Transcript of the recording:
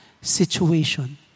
situation